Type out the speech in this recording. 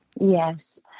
Yes